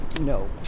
No